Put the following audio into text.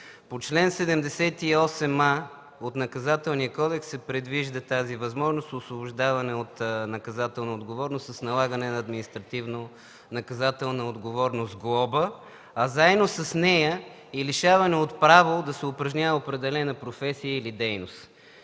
По чл. 78а от Наказателния кодекс се предвижда тази възможност освобождаване от наказателна отговорност с налагане на административно-наказателна отговорност глоба, а заедно с нея и лишаване от право да се упражнява определена професия или дейност.